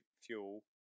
fuel